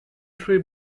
three